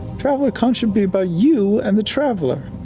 traveler con should be about you and the traveler.